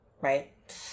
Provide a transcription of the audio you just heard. Right